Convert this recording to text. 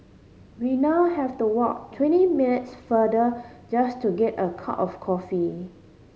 we now have to walk twenty minutes farther just to get a cup of coffee